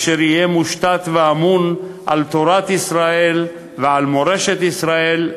אשר יהיה מושתת ואמון על תורת ישראל ועל מורשת ישראל,